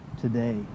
today